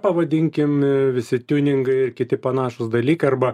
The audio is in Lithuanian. pavadinkim visi tiuningai ir kiti panašūs dalykai arba